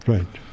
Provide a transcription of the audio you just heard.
Right